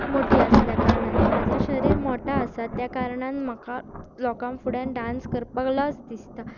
मोटी आसल्या कारणान म्हाजो शरीर मोटो आसा त्या कारणान म्हाका लोकांक फुड्यान डांस करपाक लज दिसता